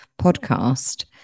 podcast